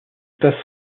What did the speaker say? passe